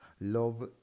love